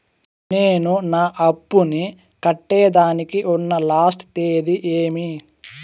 నేను నా అప్పుని కట్టేదానికి ఉన్న లాస్ట్ తేది ఏమి?